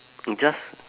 just